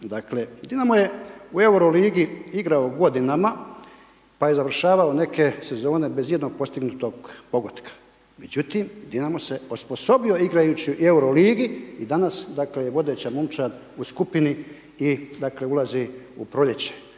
Dakle, Dinamo je u euro ligi igrao godinama pa je završavao neke sezone bez jednog postignutog pogotka. Međutim, Dinamo se osposobio igrajući u euro ligi i danas dakle je vodeća momčad u skupini da dakle ulazi u proljeće.